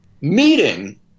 meeting